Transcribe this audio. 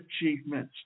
achievements